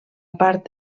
part